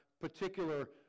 particular